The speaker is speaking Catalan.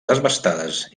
desbastades